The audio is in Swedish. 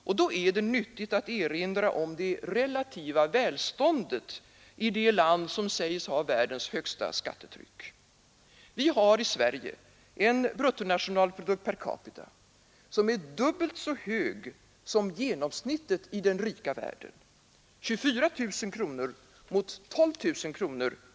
Och då är det nyttigt att erinra om det relativa välståndet i det land som sägs ha världens hårdaste skattetryck. Vi har här i Sverige en bruttonationalprodukt per capita som är dubbelt så hög som genomsnittet i den rika världen, nämligen 24 000 kronor mot 12 000 kronor.